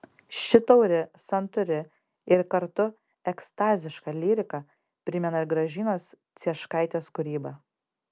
ši tauri santūri ir kartu ekstaziška lyrika primena ir gražinos cieškaitės kūrybą